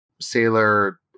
Sailor